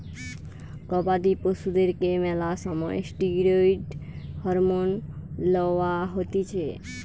গবাদি পশুদেরকে ম্যালা সময় ষ্টিরৈড হরমোন লওয়া হতিছে